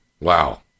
Wow